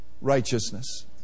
righteousness